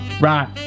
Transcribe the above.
Right